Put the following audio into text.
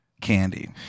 candy